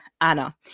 Anna